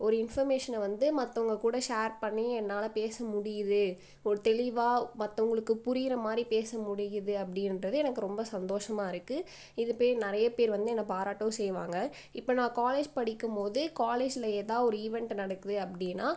ஒரு இன்ஃபர்மேஷனை வந்து மற்றவங்க கூட ஷேர் பண்ணி என்னால் பேச முடியுது ஒரு தெளிவாக மற்றவங்களுக்கு புரிகிற மாதிரி பேச முடியுது அப்படின்றது எனக்கு ரொம்ப சந்தோஷமாக இருக்கு இது பேர் நிறைய பேர் வந்து என்ன பாராட்டவும் செய்வாங்க இப்போ நான் காலேஜ் படிக்கும்போது காலேஜில் எதா ஒரு ஈவன்ட் நடக்குது அப்படின்னா